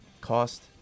cost